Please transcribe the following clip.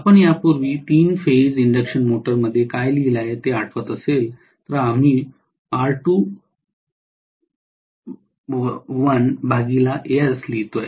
आपण यापूर्वी तीन फेज इंडक्शन मोटर मध्ये काय लिहिले ते आठवत असेल तर आम्ही R2ls लिहितो